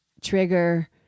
trigger